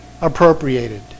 appropriated